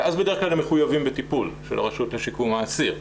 ואז בדרך כלל הם מחויבים בטיפול של הרשות לשיקום האסיר.